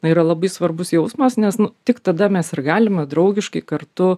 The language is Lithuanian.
na yra labai svarbus jausmas nes nu tik tada mes ir galime draugiškai kartu